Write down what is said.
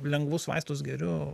lengvus vaistus geriu